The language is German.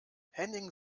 henning